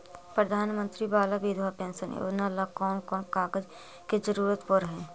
प्रधानमंत्री बाला बिधवा पेंसन योजना ल कोन कोन कागज के जरुरत पड़ है?